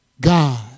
God